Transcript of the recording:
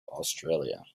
australia